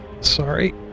sorry